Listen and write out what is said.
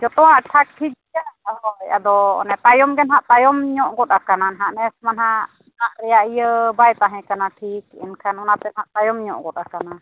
ᱡᱚᱛᱚᱣᱟᱜ ᱴᱷᱟᱠ ᱴᱷᱤᱠ ᱜᱮᱭᱟ ᱦᱳᱭ ᱟᱫᱚ ᱚᱱᱮ ᱛᱟᱭᱚᱢ ᱜᱮ ᱦᱟᱸᱜ ᱛᱟᱭᱚᱢ ᱧᱚᱜ ᱠᱟᱱᱟ ᱦᱟᱸᱜ ᱱᱮᱥ ᱢᱟ ᱦᱟᱸᱜ ᱫᱟᱜ ᱨᱮᱭᱟᱜ ᱤᱭᱟᱹ ᱵᱟᱭ ᱛᱟᱦᱮᱸ ᱠᱟᱱᱟ ᱴᱷᱤᱠ ᱮᱱᱠᱷᱟᱱ ᱚᱱᱟ ᱛᱮᱦᱚᱸ ᱛᱟᱭᱚᱢ ᱧᱚᱜ ᱠᱟᱱᱟ